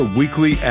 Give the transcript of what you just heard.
weekly